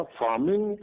farming